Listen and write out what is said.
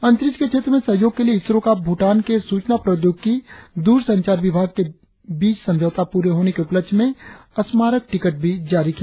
अंतरिक्ष के क्षेत्र में सहायोग के लिए इसरो का भूटान के सूचना प्रौद्योगिकी दूरसंचार विभाग के बीच समझोता पूरे होने के उपलक्ष्य में स्मारक टिकट भी जारी किया